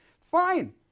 fine